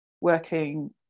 working